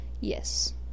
Yes